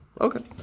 okay